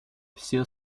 все